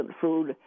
food